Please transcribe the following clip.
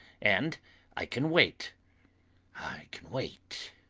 and i can wait i can wait.